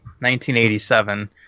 1987